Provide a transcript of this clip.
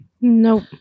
Nope